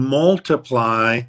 multiply